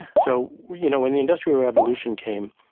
so you know when the industrial revolution came,